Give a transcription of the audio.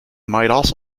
also